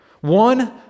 One